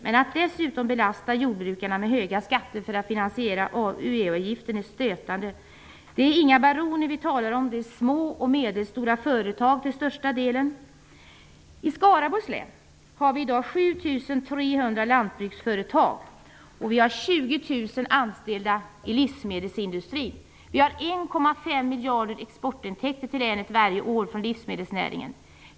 Men att dessutom belasta jordbrukarna med höjda skatter för att finansiera EU avgiften är stötande. Det är inga baroner vi talar om, utan det är till största delen fråga om små och medelstora företag. I Skaraborgs län har vi i dag 7 300 lantbruksföretag, och vi har 20 000 anställda i livsmedelsindustrin. Vi har i länet varje år exportintäkter på 1,5 miljarder från livsmedelsnäringen.